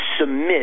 submit